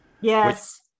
Yes